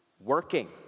working